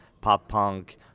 pop-punk